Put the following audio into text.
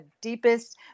deepest